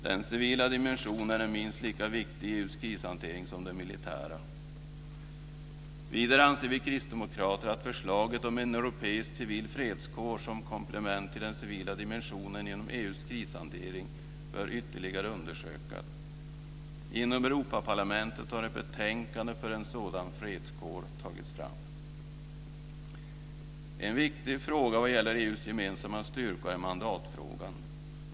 Den civila dimensionen är minst lika viktig i EU:s krishantering som den militära. Vidare anser vi kristdemokrater att förslaget om en europeisk civil fredskår som komplement till den civila dimensionen inom EU:s krishantering ytterligare bör undersökas. Inom Europaparlamentet har ett betänkande för en sådan fredskår tagits fram. En viktig fråga vad gäller EU:s gemensamma styrkor är mandatfrågan.